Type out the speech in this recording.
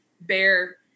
bear